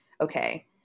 okay